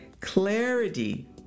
Clarity